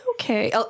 Okay